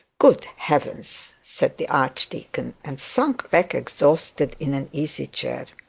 good heavens said the archdeacon, and sank back exhausted in an easy-chair.